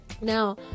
Now